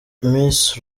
miss